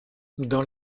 dans